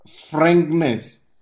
frankness